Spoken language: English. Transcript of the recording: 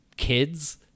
Kids